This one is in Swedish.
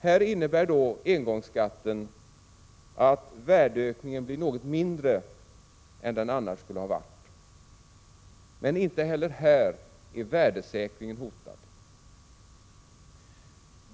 Här innebär engångsskatten att värdeökningen blir något mindre än den annars skulle ha varit. Men inte heller här är värdesäkringen hotad.